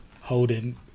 holding